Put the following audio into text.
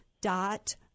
dot